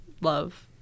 love